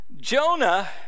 Jonah